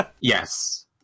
Yes